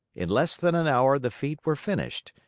in less than an hour the feet were finished,